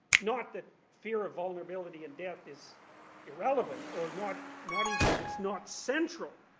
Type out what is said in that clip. not that fear of vulnerability and death is irrelevant, or not not even that it's not central,